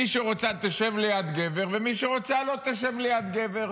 מי שרוצה תשב ליד גבר ומי שרוצה לא תשב ליד גבר.